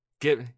Get